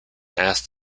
asks